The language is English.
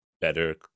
better